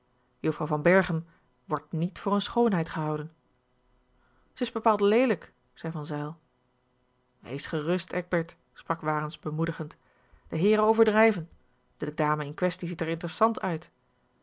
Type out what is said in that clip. juffrouw van berchem wordt niet voor eene schoonheid gehouden ze is bepaald leelijk zei van zijl wees gerust eckbert sprak warens bemoedigend de heeren overdrijven de dame in kwestie ziet er interessant uit